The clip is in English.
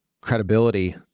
credibility